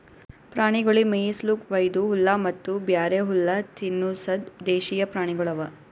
ಪ್ರಾಣಿಗೊಳಿಗ್ ಮೇಯಿಸ್ಲುಕ್ ವೈದು ಹುಲ್ಲ ಮತ್ತ ಬ್ಯಾರೆ ಹುಲ್ಲ ತಿನುಸದ್ ದೇಶೀಯ ಪ್ರಾಣಿಗೊಳ್ ಅವಾ